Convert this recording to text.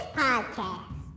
podcast